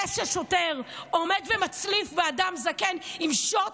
זה ששוטר עומד ומצליף באדם זקן עם שוט,